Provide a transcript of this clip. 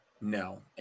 No